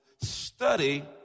study